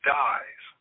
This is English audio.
dies